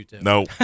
No